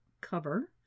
cover